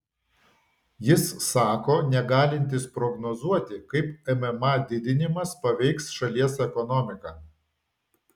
jis sako negalintis prognozuoti kaip mma didinimas paveiks šalies ekonomiką